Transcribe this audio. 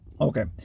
Okay